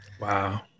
Wow